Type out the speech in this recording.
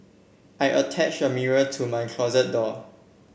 I attach a mirror to my closet door